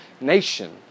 nation